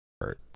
hurt